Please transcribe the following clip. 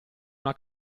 una